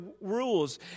rules